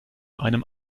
einem